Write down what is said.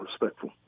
respectful